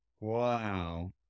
Wow